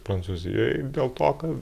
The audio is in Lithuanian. prancūzijoj dėl to kad